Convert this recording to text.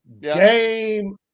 game